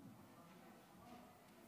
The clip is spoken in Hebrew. תודה, אדוני היושב-ראש.